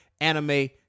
anime